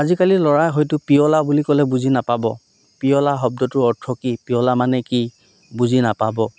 আজিকালি ল'ৰাই হয়তো পিয়লা বুলি ক'লে বুজি নাপাব পিয়লা শব্দটোৰ অৰ্থ কি পিয়লা মানে কি বুজি নাপাব